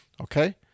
Okay